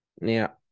Now